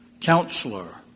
counselor